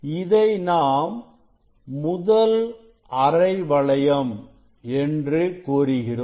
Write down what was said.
இதை நாம் முதல் அரை வளையம் என்று கூறுகிறோம்